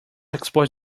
exposed